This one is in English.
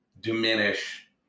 diminish